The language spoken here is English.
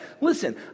listen